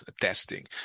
testing